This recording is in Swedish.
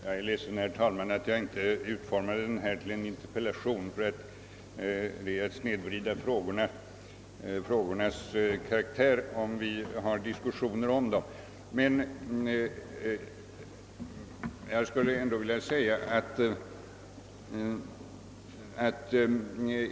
Herr talman! Jag är ledsen att jag inte utformade min enkla fråga till en interpellation, ty det är att snedvrida frågeinstitutets karaktär om vi har diskussioner om enkla frågor.